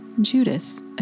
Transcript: Judas